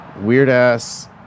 weird-ass